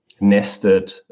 nested